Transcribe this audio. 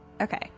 Okay